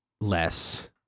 less